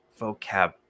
vocab